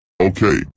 Okay